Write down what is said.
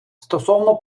стосовно